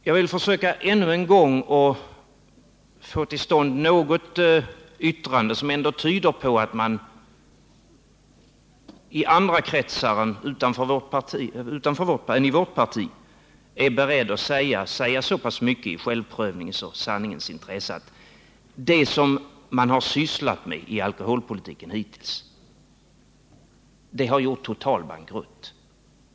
Jag vill försöka ännu en gång att få till stånd något yttrande som ändå tyder på att man i andra kretsar än i vårt parti är beredd att säga så pass mycket i självprövningens och sanningens intresse att det som man hittills har sysslat med i alkoholpolitiken har gjort total bankrutt.